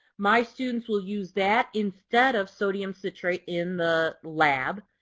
my students will use that instead of sodium citrate in the lab.